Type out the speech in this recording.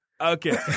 Okay